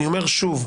אני אומר שוב,